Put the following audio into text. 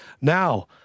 Now